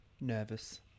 nervous